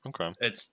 okay